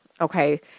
Okay